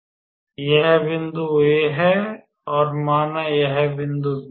तो यह बिंदु A है और माना यह बिंदु B है